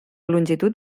longitud